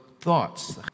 thoughts